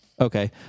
Okay